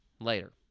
Later